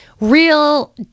Real